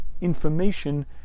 information